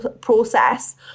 process